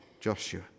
Joshua